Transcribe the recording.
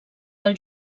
del